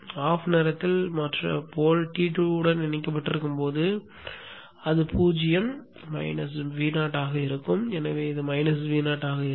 OFF நேரத்தில் மற்றும் துருவம் T2 உடன் இணைக்கப்பட்டிருக்கும் போது அது 0 மைனஸ் Vo ஆக இருக்கும் எனவே அது Vo ஆக இருக்கும்